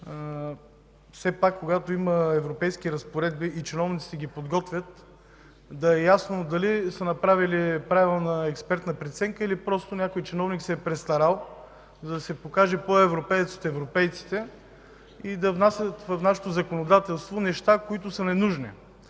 Все пак когато има европейски разпоредби и чиновниците ги подготвят, трябва да е ясно дали са направили правилна експертна оценка или някои чиновник се е престарал, за да се покаже по-европеец от европейците и да внася в нашето законодателство неща, които са ненужни.